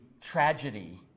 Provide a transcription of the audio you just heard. tragedy